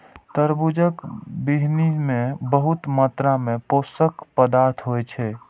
तरबूजक बीहनि मे बहुत मात्रा मे पोषक पदार्थ होइ छै